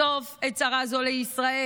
בסוף עת צרה זו לישראל,